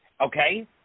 Okay